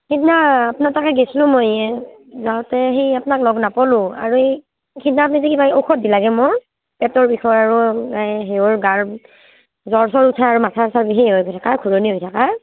সিদিনা আপোনাৰ তাকে গৈছিলোঁ মই যাওঁতে সেই আপোনাক লগ নাপালোঁ আৰু এই সিদিনা আপুনি যে কিবা ঔষধ দিলে মোক পেটৰ বিষৰ আৰু সেই গাৰ জ্বৰ চৰ উঠা আৰু মাথা চাথা থাকা ঘুৰনি হৈ থকা